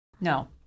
No